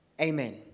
Amen